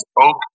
oak